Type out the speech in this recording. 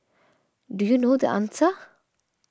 do you know the answer